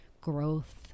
growth